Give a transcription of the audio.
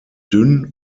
dünn